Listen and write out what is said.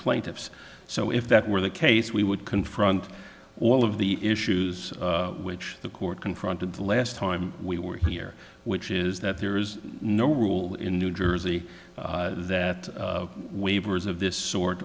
plaintiffs so if that were the case we would confront all of the issues which the court confronted the last time we were here which is that there is no rule in new jersey that waivers of this sort